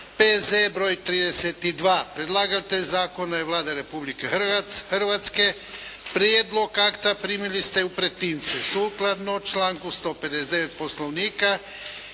P.Z. br. 32 Predlagatelj zakona je Vlada Republike Hrvatske. Prijedlog akta primili ste u pretince. Sukladno članku 159. poslovnika